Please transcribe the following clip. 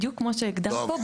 בדיוק כמו שהגדרנו פה,